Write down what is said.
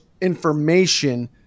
information